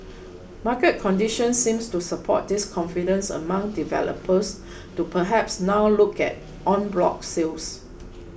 market conditions seems to support this confidence among developers to perhaps now look at en bloc sales